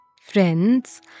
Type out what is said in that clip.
Friends